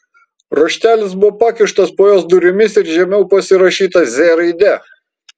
raštelis buvo pakištas po jos durimis ir žemiau pasirašyta z raide